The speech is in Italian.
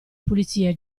pulizie